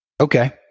Okay